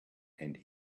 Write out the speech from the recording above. and